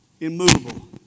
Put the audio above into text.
Immovable